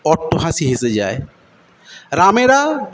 অট্টহাসি হেসে যায় রামেরা